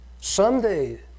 Someday